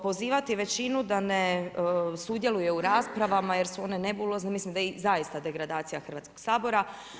Pozivati većinu da ne sudjeluje u rasprava jer su one nebulozne mislim da je zaista degradacija Hrvatskog sabora.